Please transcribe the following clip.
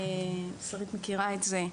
שרית מכירה את זה,